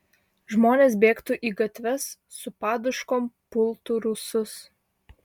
žmonės bėgtų į gatves su paduškom pultų rusus